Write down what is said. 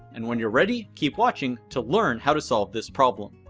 and when you are ready, keep watching to learn how to solve this problem